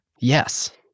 yes